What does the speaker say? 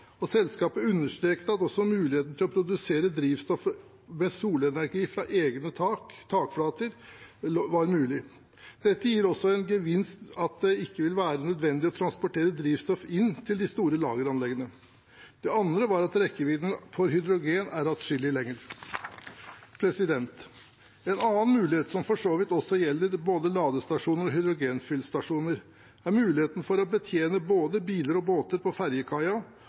Selskapet understreket at også det å produsere drivstoff med solenergi fra egne takflater var mulig. Dette gir også en gevinst ved at det ikke vil være nødvendig å transportere drivstoff inn til de store lageranleggene. Det andre var at rekkevidden for hydrogen er atskillig lengre. En annen mulighet, som for så vidt også gjelder både ladestasjoner og hydrogenfyllstasjoner, er å betjene både biler og båter på ferjekaia